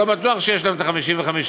לא בטוח שיש לנו את ה-55%.